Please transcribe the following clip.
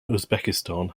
uzbekistan